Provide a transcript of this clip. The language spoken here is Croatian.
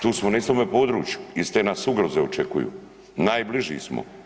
Tu smo na istome području, iste nas ugroze očekuju, najbliži smo.